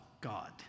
God